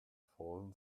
fallen